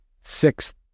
sixth